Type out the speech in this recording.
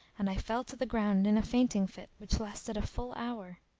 and i fell to the ground in a fainting fit which lasted a full hour.